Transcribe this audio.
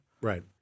Right